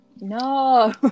No